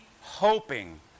hoping